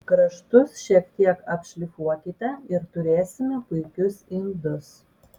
kraštus šiek tiek apšlifuokite ir turėsime puikius indus